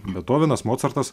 betovenas mocartas